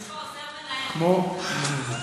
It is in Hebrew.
אוה, שלוש דקות.